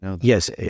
Yes